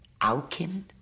Alkin